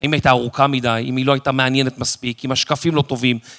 אם היא הייתה ארוכה מדי, אם היא לא הייתה מעניינת מספיק, אם השקפים לא טובים.